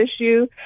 issue